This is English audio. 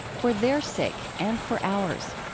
for their sake and for ours.